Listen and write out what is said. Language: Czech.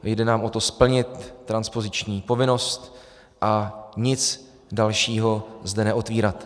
Jde nám o to splnit transpoziční povinnost a nic dalšího zde neotvírat.